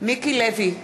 מיקי לוי,